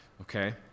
okay